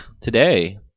today